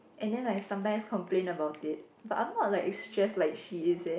and then I sometimes complain about it but I'm not like stress like she is eh